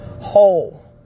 whole